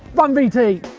run vt!